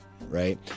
right